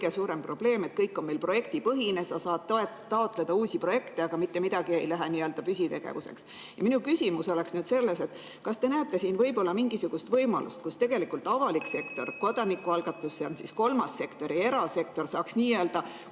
suurem probleem, et kõik on meil projektipõhine, sa saad taotleda uusi projekte, aga mitte midagi ei lähe püsitegevuseks. Minu küsimus on nüüd selline: kas te näete mingisugust võimalust, kus tegelikult avalik sektor, kodanikualgatus, see on kolmas sektor, ja erasektor saaks luua nii-öelda